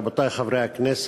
רבותי חברי הכנסת,